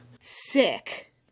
Sick